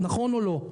נכון או לא?